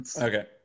Okay